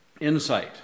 insight